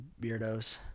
beardos